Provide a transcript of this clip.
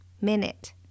minute